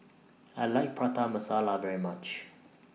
I like Prata Masala very much